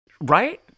right